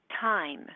Time